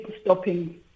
stopping